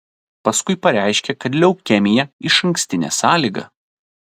paskui pareiškė kad leukemija išankstinė sąlyga